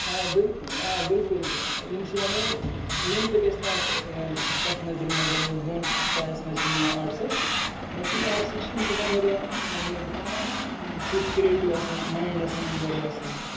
آ بِل آ بلکل یِم چھِ یعنی نیُن تہِ گژھِ نہٕ اَتھ تَتھ نظرِ منٛز یعنی بۄن پایس منٛز چھِ یِم نِوان آٹسَس یِم آٹسٕکۍ چھِ یِم چھِ آسان واریاہ یعنی تِتھۍ کِرٛییٹِو آسان مایِنٛڈ آسان واریاہ اَصٕل